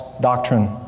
doctrine